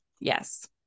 Yes